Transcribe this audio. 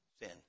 sin